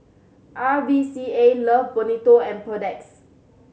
R V C A Love Bonito and Perdix